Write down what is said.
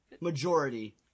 majority